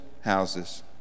houses